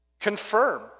confirm